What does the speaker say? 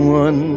one